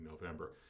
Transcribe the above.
November